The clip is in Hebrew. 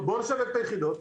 בואו נשלב את היחידות.